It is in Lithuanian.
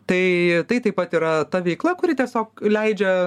tai tai taip pat yra ta veikla kuri tiesiog leidžia